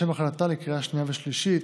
לשם הכנתה לקריאה שנייה ושלישית.